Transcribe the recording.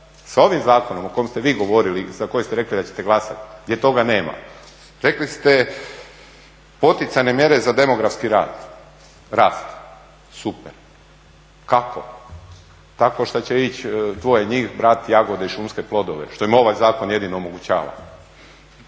S ovim zakonom o kojem ste vi govorili i za koji ste rekli da ćete glasati gdje toga nema. Rekli ste poticajne mjere za demografski rast. Super! Kako? Tako što će ići dvoje njih brati jagode i šumske plodove, što im ovaj zakon jedino omogućava?